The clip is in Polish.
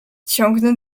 ciągnę